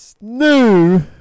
new